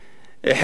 חלק ראשון,